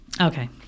Okay